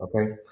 okay